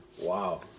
wow